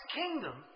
kingdom